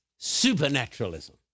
supernaturalism